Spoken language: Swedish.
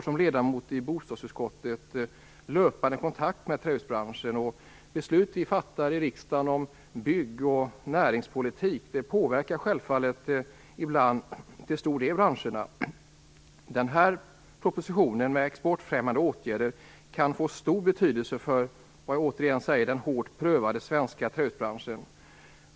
Som ledamot i bostadsutskottet har jag löpande kontakt med trähusbranschen. Beslut som vi fattar i riksdagen om bygg och näringspolitik påverkar självfallet ibland till stor del branscherna. Den här propositionen om exportfrämjande åtgärder kan få stor betydelse för den hårt prövade svenska trähusbranschen.